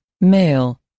male